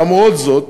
למרות זאת,